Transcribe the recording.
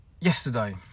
yesterday